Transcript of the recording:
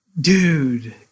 Dude